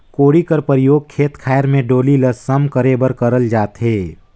कोड़ी कर परियोग खेत खाएर मे डोली ल सम करे बर करल जाथे